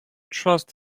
trust